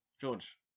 george